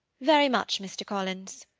very much, mr. collins.